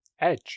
Edge